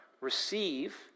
receive